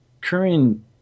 current